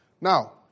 Now